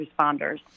responders